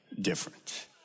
different